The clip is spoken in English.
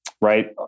right